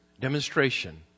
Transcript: demonstration